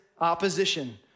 opposition